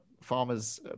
farmers